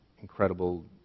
incredible